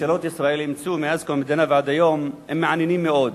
שממשלות ישראל אימצו מאז קום המדינה ועד היום הם מעניינים מאוד.